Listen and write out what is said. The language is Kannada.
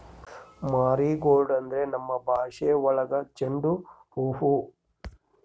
ಮಾರಿಗೋಲ್ಡ್ ಅಂದ್ರೆ ನಮ್ ಭಾಷೆ ಒಳಗ ಚೆಂಡು ಹೂವು